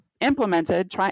implemented